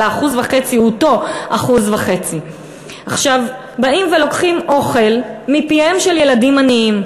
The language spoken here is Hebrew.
אבל 1.5% הוא אותו 1.5%. באים ולוקחים אוכל מפיהם של ילדים עניים,